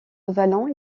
wallon